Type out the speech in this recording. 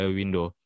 window